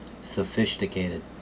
Sophisticated